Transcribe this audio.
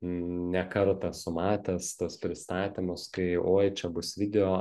ne kartą esu matęs tuos pristatymus kai oi čia bus video